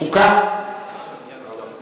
התשע"ב 2012,